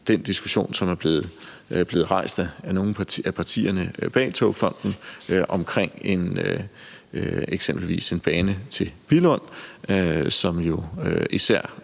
den diskussion, som er blevet rejst af nogle af partierne bag Togfonden DK, om eksempelvis en bane til Billund, som jo især